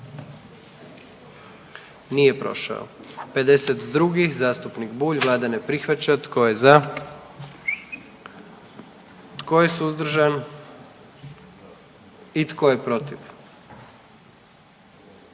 44. Kluba zastupnika SDP-a, vlada ne prihvaća. Tko je za? Tko je suzdržan? Tko je protiv?